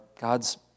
God's